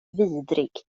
vidrig